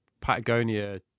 patagonia